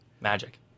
Magic